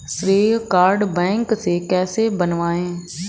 श्रेय card bank से कैसे बनवाएं?